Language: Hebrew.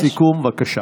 משפט סיכום, בבקשה.